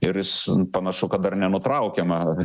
ir jis panašu kad dar nenutraukiama